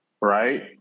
Right